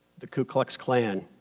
the ku klux klan,